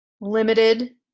limited